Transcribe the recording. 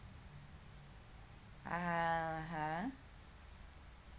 (uh huh)